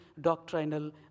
doctrinal